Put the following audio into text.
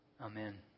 Amen